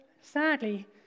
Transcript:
sadly